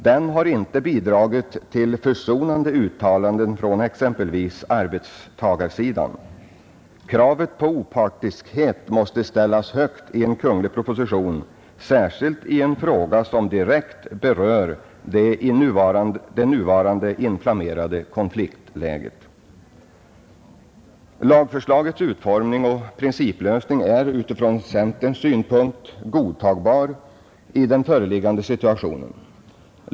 Den har inte bidragit till försonande uttalanden från exempelvis arbetstagarsidan. Kravet på opartiskhet måste ställas högt i en kungl. proposition, särskilt i en fråga som direkt berör det nuvarande inflammerade konfliktläget. Lagförslagets utformning och principlösning är, utifrån centerns synpunkt, godtagbar i den föreliggande situationen.